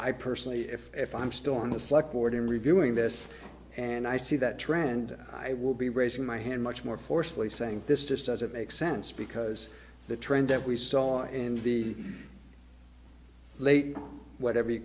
i personally if if i'm still on the select board in reviewing this and i see that trend i will be raising my hand much more forcefully saying this just doesn't make sense because the trend that we saw and the late whatever you